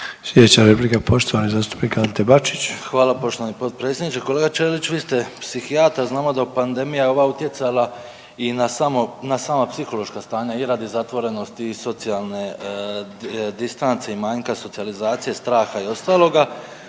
Sljedeća replika poštovani zastupnik Ante Bačić. **Bačić, Ante (HDZ)** Hvala poštovani potpredsjedniče. Kolega Ćelić vi ste psihijatar i znamo da je pandemija ova utjecala i na sama psihološka stanja i radi zatvorenosti i socijalne distance i manjka socijalizacije, straha i ostaloga.